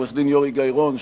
עורך-הדין יורי גיא-רון,